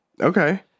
Okay